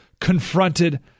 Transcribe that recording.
Confronted